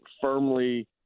firmly